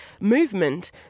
movement